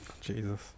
Jesus